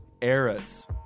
eras